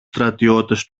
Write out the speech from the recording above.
στρατιώτες